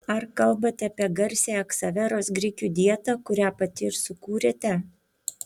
ar kalbate apie garsiąją ksaveros grikių dietą kurią pati ir sukūrėte